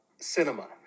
Cinema